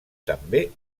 també